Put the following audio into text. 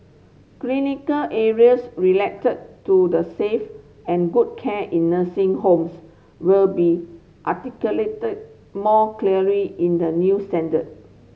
clinical areas related to the safe and good care in nursing homes will be articulated more clearly in the new standard